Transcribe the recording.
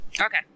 Okay